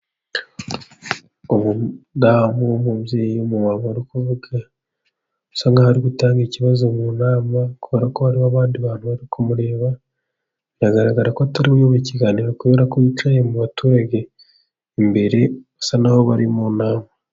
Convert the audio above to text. Umudamu w,umubyeyi w,umumama uri kuvuga asa nk'aho ari gutanga ikibazo mu nama . Kubera ko hariho abandi bantu bari kumureba, biragaragara ko atari we uyoboye ikiganiro ,kubera ko yicaye mu baturage imbere basa n'aho bari mu nama.